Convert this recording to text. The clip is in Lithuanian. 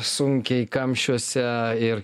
sunkiai kamščiuose ir